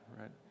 right